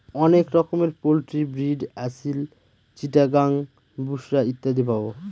অনেক রকমের poultry breed Aseel, Chittagong, বুশরা আমরা পাবো